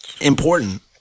important